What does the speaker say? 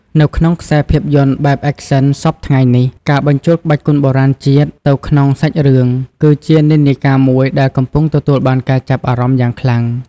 នៅក្នុងខ្សែភាពយន្តបែប Action សព្វថ្ងៃនេះ ការបញ្ចូលក្បាច់គុនបុរាណជាតិទៅក្នុងសាច់រឿង គឺជានិន្នាការមួយដែលកំពុងទទួលបានការចាប់អារម្មណ៍យ៉ាងខ្លាំង។